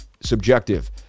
subjective